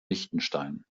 liechtenstein